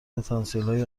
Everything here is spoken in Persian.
پتانسیلهای